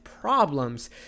problems